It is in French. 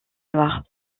noir